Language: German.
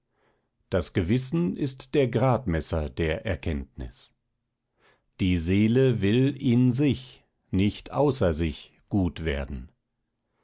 das gewissen ist der gradmesser der erkenntnis die seele will in sich nicht außer sich gut werden